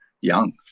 young